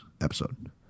episode